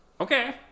Okay